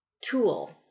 tool